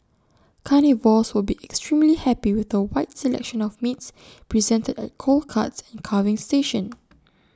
carnivores would be extremely happy with A wide selection of meats presented at cold cuts and carving station